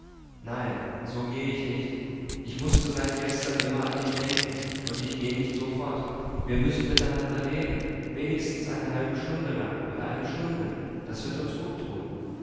nein so geh ich nicht ich mußte seit gestern immer an dich denken und ich geh nicht so fort wir müssen miteinander reden wenigstens eine halbe stunde lang oder eine stunde das wird uns gut tun